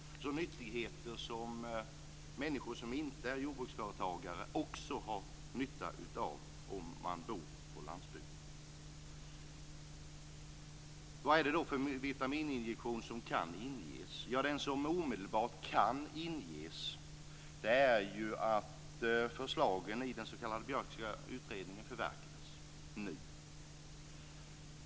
Det är nyttigheter som människor som inte är jordbruksföretagare också har nytta av om de bor på landsbygden. Vad är det då för vitamininjektion som kan ges? Den som omedelbart kan ges är att förslagen i den s.k. Björkska utredningen nu förverkligas.